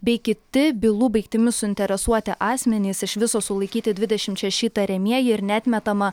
bei kiti bylų baigtimi suinteresuoti asmenys iš viso sulaikyti dvidešimt šeši įtariamieji ir neatmetama